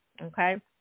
okay